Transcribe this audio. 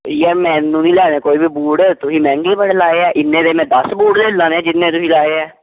ਯਾਰ ਮੈਨੂੰ ਨਹੀਂ ਲੱਗਦਾ ਕੋਈ ਵੀ ਬੂਟ ਤੁਸੀਂ ਮਹਿੰਗੇ ਹੀ ਬੜੇ ਲਾਏ ਆ ਇੰਨੇ ਦੇ ਮੈਂ ਦਸ ਬੂਟ ਲੈ ਲੈਣੇ ਜਿੰਨੇ ਤੁਸੀਂ ਲਾਏ ਹੈ